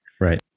Right